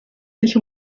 sich